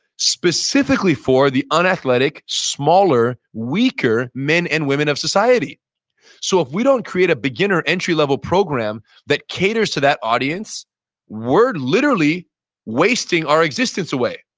specifically for the unathletic, unathletic, smaller, weaker men and women of society so if we don't create a beginner entry level program that caters to that audience we're literally wasting our existence away.